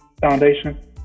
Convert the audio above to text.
Foundation